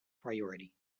priority